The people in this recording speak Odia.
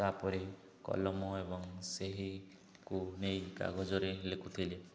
ତା'ପରେ କଲମ ଏବଂ ସେହିକୁ ନେଇ କାଗଜରେ ଲେଖୁଥିଲେ